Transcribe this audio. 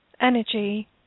energy